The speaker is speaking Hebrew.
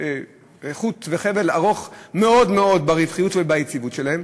חוט וחבל ארוך מאוד מאוד ברווחיות וביציבות שלהם,